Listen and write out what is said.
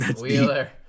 Wheeler